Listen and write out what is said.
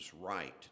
right